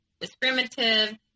discriminative